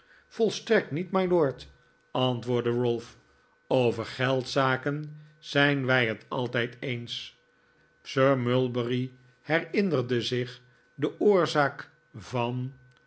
volstrekt niet mylord antwoordde ralph over geldzaken zijn wij het altijd eens sir mulberry herinnerde zich de oorzaak van